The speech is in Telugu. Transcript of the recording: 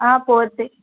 పోతుంది